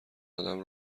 ادم